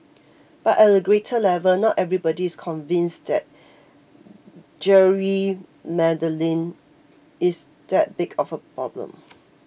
but at a greater level not everybody is convinced that gerrymandering is that big of a problem